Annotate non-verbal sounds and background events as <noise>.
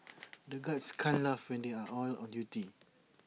<noise> the guards can't laugh when they are on on duty